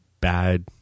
bad